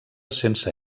sense